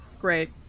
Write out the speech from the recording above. Great